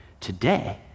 Today